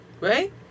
Right